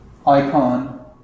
icon